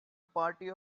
party